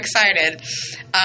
excited